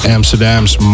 Amsterdam's